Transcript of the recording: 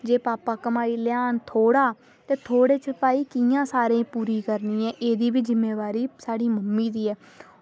जे भापा कमाई लेआन थुआढ़ा ते थोह्ड़े च भाई कियां सारें गी पूरी करनी ऐ एह्दी बी जिम्मेवारी साढ़ी मम्मी दी ऐ